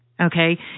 okay